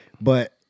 But-